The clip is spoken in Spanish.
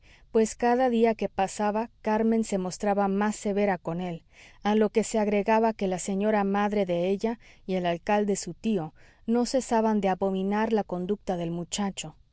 pues cada día que pasaba carmen se mostraba más severa con él a lo que se agregaba que la señora madre de ella y el alcalde su tío no cesaban de abominar la conducta del muchacho